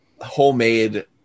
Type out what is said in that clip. homemade